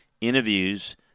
interviews